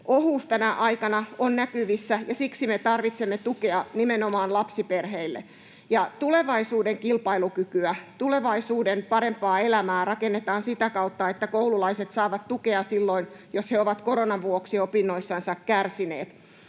ohuus tänä aikana on näkyvissä, ja siksi me tarvitsemme tukea nimenomaan lapsiperheille. Tulevaisuuden kilpailukykyä, tulevaisuuden parempaa elämää rakennetaan sitä kautta, että koululaiset saavat tukea silloin, jos he ovat koronan vuoksi opinnoissansa kärsineet.